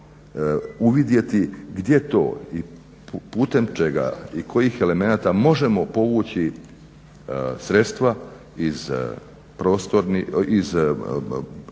uvidjeti gdje to i putem čega i kojih elemenata možemo povući sredstva iz pristupnih kohezijskih